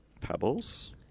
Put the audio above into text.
pebbles